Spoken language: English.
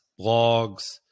blogs